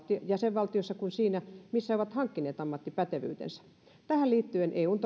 jäsenvaltiossa kuin siinä missä he ovat hankkineet ammattipätevyytensä tähän liittyen eun